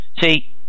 See